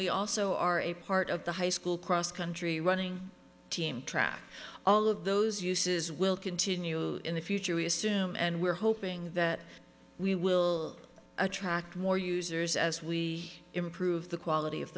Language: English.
we also are a part of the high school cross country running team track all of those uses will continue in the future we assume and we're hoping that we will attract more users as we improve the quality of